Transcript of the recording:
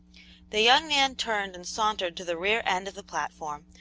the young man turned and sauntered to the rear end of the platform,